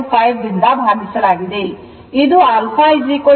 5 ರಿಂದ ಭಾಗಿಸಲಾಗಿದೆ ಇದು alpha tan inverse 5